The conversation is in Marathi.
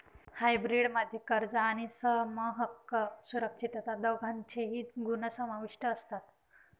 हायब्रीड मध्ये कर्ज आणि समहक्क सुरक्षितता दोघांचेही गुण समाविष्ट असतात